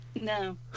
No